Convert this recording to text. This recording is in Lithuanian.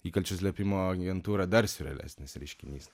įkalčių slėpimo agentūra dar siurrealesnis reiškinys